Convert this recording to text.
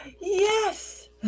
Yes